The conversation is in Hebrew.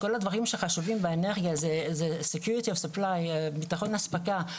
כל הדברים שחשובים באנרגיה הם ביטחון אספקה,